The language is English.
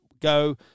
go